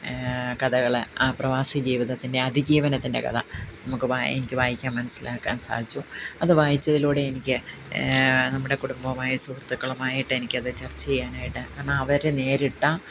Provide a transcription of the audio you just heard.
കഥകൾ ആ പ്രവാസി ജീവിതത്തിന്റെ അതിജീവനത്തിന്റെ കഥ നമുക്ക് വായിക്ക് എനിക്ക് വായിക്കാന് മനസ്സിലാക്കാന് സാധിച്ചു അതു വായിച്ചതിലൂടെ എനിക്ക് നമ്മുടെ കുടുംബമായ സുഹൃത്തുക്കളുമായിട്ടെനിക്കത് ചര്ച്ച ചെയ്യാനായിട്ട് അന്നവർ നേരിട്ട